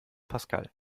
pascal